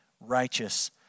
righteous